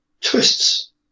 twists